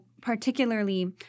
particularly